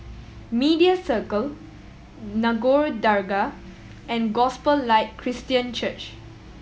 Media Circle Nagore Dargah and Gospel Light Christian Church